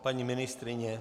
Paní ministryně?